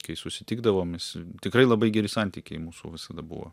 kai susitikdavom jis tikrai labai geri santykiai mūsų visada buvo